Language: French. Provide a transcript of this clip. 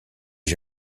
ait